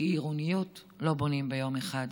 כי עירוניות לא בונים ביום אחד.